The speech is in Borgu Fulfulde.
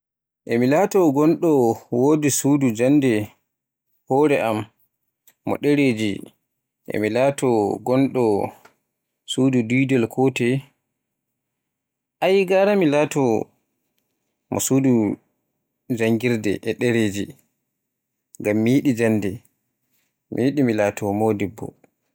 E mi laato ngondo wodi e suudu hore am Mo ɗereji e mi laato ngonɗo mo suudu didol e ko toye, ai gara mi laato mo suudu janngirde e ɗereji, ngam mi yiɗi jannde, mi yiɗi mi laato modibbo.